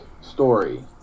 story